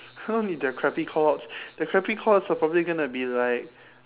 I don't need their crappy callouts their crappy callouts are probably gonna be like